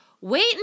wait